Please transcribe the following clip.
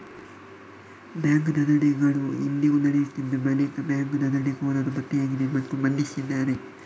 bank ದರೋಡೆಗಳು ಇಂದಿಗೂ ನಡೆಯುತ್ತಿದ್ದು ಅನೇಕ ಬ್ಯಾಂಕ್ ದರೋಡೆಕೋರರು ಪತ್ತೆಯಾಗಿದ್ದಾರೆ ಮತ್ತು ಬಂಧಿಸಿದ್ದಾರೆ